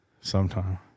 Sometime